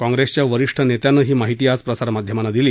काँप्रेसच्या वरिष्ठ नेत्यानं ही माहिती आज प्रसारमाध्यमांना दिली